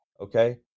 okay